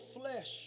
flesh